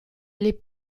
les